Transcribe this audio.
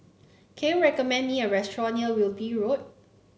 can you recommend me a restaurant near Wilby Road